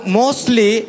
mostly